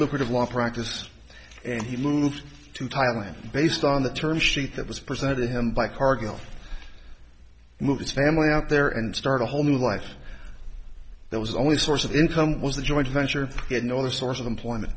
lucrative law practice and he moved to thailand based on the term sheet that was presented to him by cardinal move his family out there and start a whole new life there was only source of income was the joint venture had no other source of employment